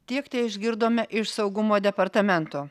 tiek teišgirdome iš saugumo departamento